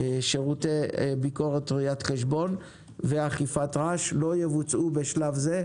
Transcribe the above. שירותי ביקורת ראיית חשבון ואכיפת רעש לא יבוצעו בשלב זה,